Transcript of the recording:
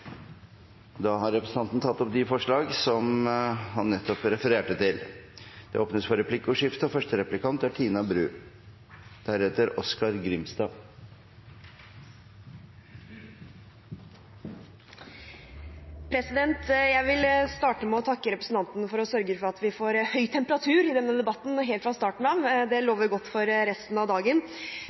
Representanten Terje Aasland har tatt opp de forslagene han refererte til. Det blir replikkordskifte. Jeg vil starte med å takke representanten for å sørge for at vi får høy temperatur i denne debatten helt fra starten av. Det lover godt for resten av dagen.